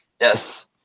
yes